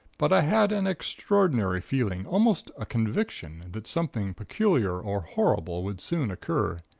but i had an extraordinary feeling, almost a conviction, that something peculiar or horrible would soon occur.